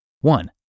One